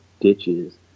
ditches